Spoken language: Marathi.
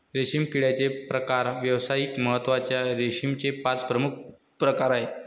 रेशीम किड्याचे प्रकार व्यावसायिक महत्त्वाच्या रेशीमचे पाच प्रमुख प्रकार आहेत